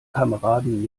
kameraden